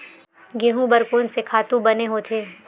गेहूं बर कोन से खातु बने होथे?